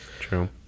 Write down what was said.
True